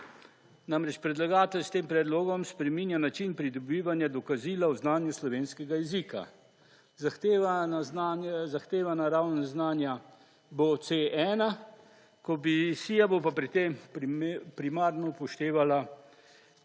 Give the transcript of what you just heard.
Namreč, predlagatelj s tem predlogom spreminja način pridobivanja dokazila o znanju slovenskega jezika. Zahteva na ravni znanja bo C1, komisija bo pa pri tem primarno upoštevala